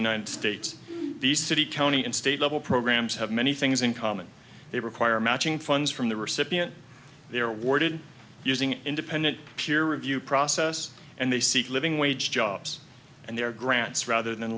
united states these city county and state level programs have many things in common they require matching funds from the recipient their warded using independent peer review process and they seek a living wage jobs and their grants rather than